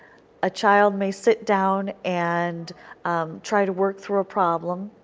a child may sit down and um try to work through a problem,